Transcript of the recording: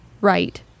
right